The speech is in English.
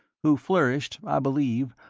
who flourished, i believe,